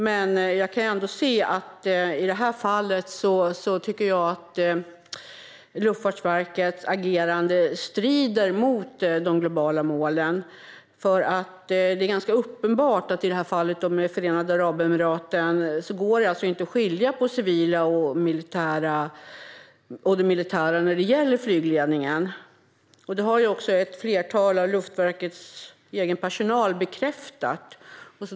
Men i det här fallet tycker jag att Luftfartsverkets agerande strider mot de globala målen. Det är nämligen ganska uppenbart att det i fallet med Förenade Arabemiraten inte går att skilja på det civila och det militära när det gäller flygledningen. Det har ju också ett flertal personer i Luftfartsverkets egen personal bekräftat.